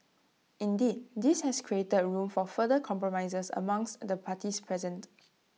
indeed this has created room for further compromises amongst the parties present